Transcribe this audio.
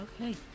Okay